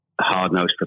hard-nosed